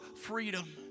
freedom